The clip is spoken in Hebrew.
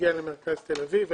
ומגיע למרכז תל אביב.